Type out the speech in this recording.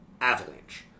Avalanche